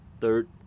third